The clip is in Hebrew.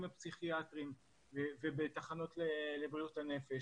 הפסיכיאטריים ובתחנות לבריאות הנפש.